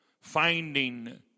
finding